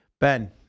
Ben